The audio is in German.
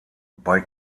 bei